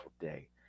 day